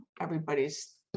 everybody's